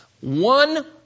one